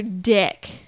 dick